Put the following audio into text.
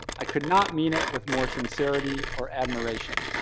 i could not mean it with more sincerity or admiration.